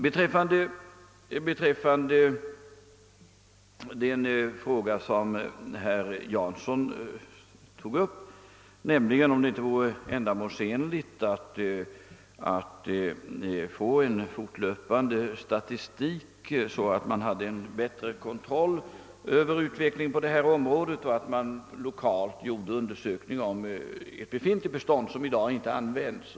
Herr Jansson undrade vidare, om det inte vore ändamålsenligt att föra en fortlöpande statistik på detta område, så att man fick en bättre kontroll över utvecklingen. Han menade också att lokalt borde undersökas, om det finns ett bestånd av bostäder som i dag inte används.